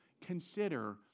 consider